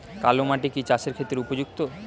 কালো মাটি কি চাষের ক্ষেত্রে উপযুক্ত?